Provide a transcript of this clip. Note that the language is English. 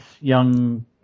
young